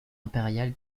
impérial